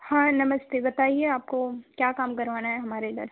हाँ नमस्ते बताइए आपको क्या काम करवाना है हमारे इधर